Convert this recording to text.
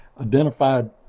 identified